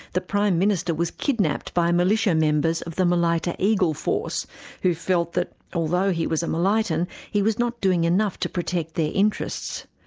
the prime minister was kidnapped by militia members of the malaita eagle force who felt that although he was a malaitan, he was not doing enough to protect their interests.